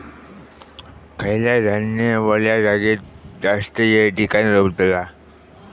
खयला धान्य वल्या जागेत जास्त येळ टिकान रवतला?